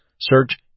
Search